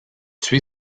tué